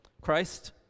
christ